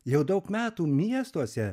jau daug metų miestuose